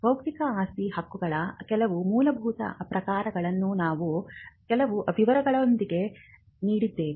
ಬೌದ್ಧಿಕ ಆಸ್ತಿ ಹಕ್ಕುಗಳ ಕೆಲವು ಮೂಲಭೂತ ಪ್ರಕಾರಗಳನ್ನು ನಾವು ಕೆಲವು ವಿವರಗಳೊಂದಿಗೆ ನೋಡಿದ್ದೇವೆ